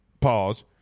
pause